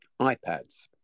iPads